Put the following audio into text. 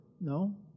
No